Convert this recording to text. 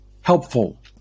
helpful